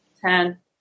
Ten